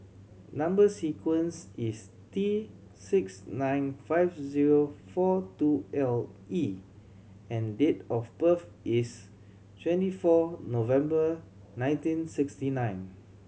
number sequence is T six nine five zero four two L E and date of birth is twenty four November nineteen sixty nine